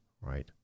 right